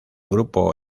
grupo